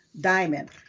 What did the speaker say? Diamond